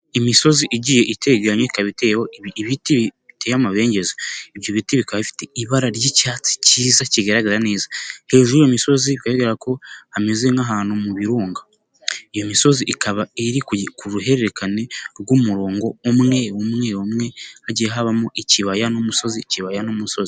Imisozi igiye iteganyi ikaba iteye ibiti bite amabengeza, ibyo biti bika bifite ibara ry'icyatsi cyiza kigaragara neza, hejuru y'iyo misozi bigaragara ko ameze nk'ahantu mu birunga, iyo misozi ikaba iri ku ruhererekane rw'umurongo umwe umwe umwe hajye habamo ikibaya n'umusozi.